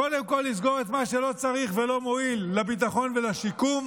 קודם כול לסגור את מה שלא צריך ולא מועיל לביטחון ולשיקום,